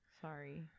Sorry